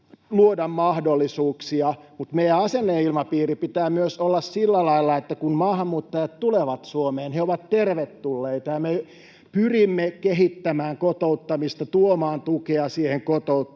luoda mahdollisuuksia, mutta meidän asenneilmapiirin pitää myös olla sillä lailla, että kun maahanmuuttajat tulevat Suomeen, he ovat tervetulleita. Me pyrimme kehittämään kotouttamista ja tuomaan tukea siihen kotouttamiseen,